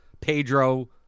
Pedro